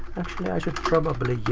i should probably